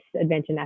adventure